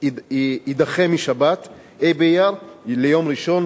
יידחה משבת, ה' באייר, ליום ראשון